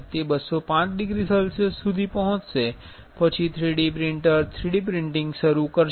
તે 205 degree Celsius સુધી પહોંચશે પછી 3D પ્રિંટર 3D પ્રિન્ટિંગ શરૂ કરશે